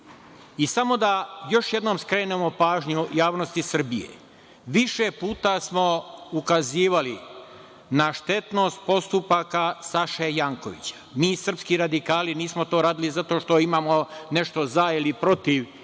samo da još jednom skrenemo pažnju javnosti Srbije – više puta smo ukazivali na štetnost postupaka Saše Jankovića. Mi, srpski radikali, nismo to radili zato što imamo nešto za ili protiv